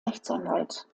rechtsanwalt